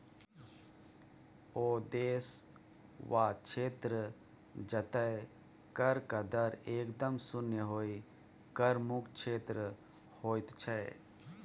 ओ देश वा क्षेत्र जतय करक दर एकदम शुन्य होए कर मुक्त क्षेत्र होइत छै